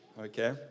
Okay